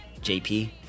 jp